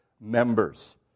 members